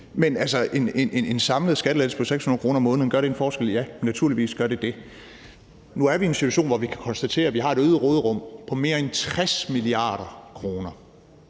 gør en samlet skattelettelse på 600 kr. om måneden en forskel? Ja, naturligvis gør det det. Nu er vi i en situation, hvor vi kan konstatere, at vi har et øget råderum på mere end 60 mia. kr.,